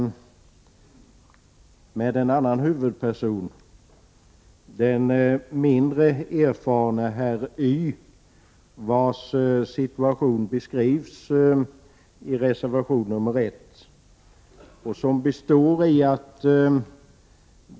1988/89:86 exemplet med huvudpersonen, den mindre erfarne herr Y, vars situation 22 mars 1989 beskrivs i reservation 1.